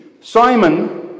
Simon